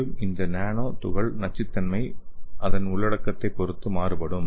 மேலும் இந்த நானோ துகள் நச்சுத்தன்மை அதன் உள்ளடக்கத்தைப் பொறுத்து மாறுபடும்